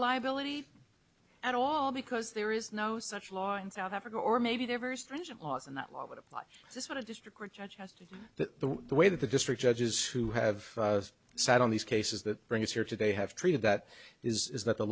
liability at all because there is no such law in south africa or maybe their very stringent laws and that law would apply this when a district court judge yesterday that the way that the district judges who have sat on these cases that bring us here today have treated that is that the